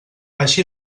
així